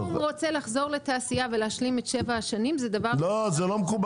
רוצה לחזור לתעשייה ולהשלים את שבע השנים זה דבר מקובל.